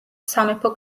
სამეფო